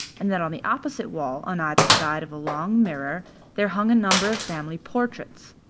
and that on the opposite wall on either side of a long mirror there hung a number of family portraits.